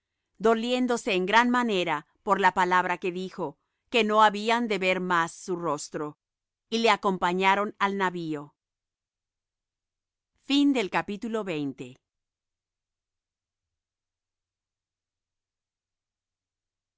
doliéndose en gran manera por la palabra que dijo que no habían de ver más su rostro y le acompañaron al navío y